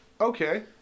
Okay